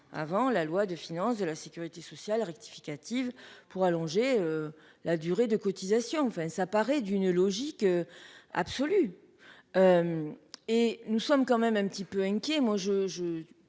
avant la loi de finances de la Sécurité sociale rectificative pour allonger. La durée de cotisation. Enfin ça paraît d'une logique. Absolue. Et nous sommes quand même un petit peu inquiet,